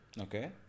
Okay